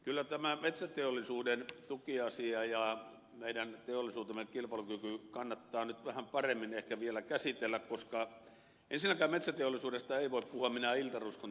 kyllä tämä metsäteollisuuden tukiasia ja meidän teollisuutemme kilpailukyky kannattaa nyt vähän paremmin ehkä vielä käsitellä koska ensinnäkään metsäteollisuudesta ei voi puhua minään iltaruskon teollisuutena